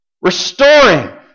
Restoring